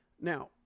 Now